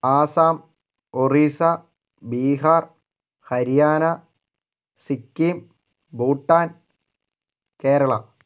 Assam Orissa Bihar Haryana Sikkim Bhutan Kerala